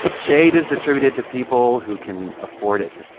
but shade is distributed to people who can afford it.